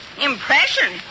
Impression